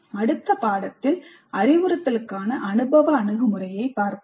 அடுத்த பாடத்தில் அறிவுறுத்தலுக்கான அனுபவ அணுகுமுறையைப் பார்ப்போம்